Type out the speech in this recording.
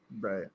Right